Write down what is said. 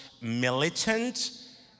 militant